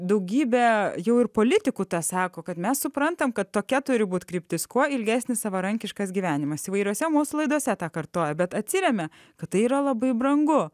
daugybę jau ir politikų tą sako kad mes suprantam kad tokia turi būti kryptis kuo ilgesnis savarankiškas gyvenimas įvairiose mūsų laidose tą kartoja bet atsiremia kad tai yra labai brangu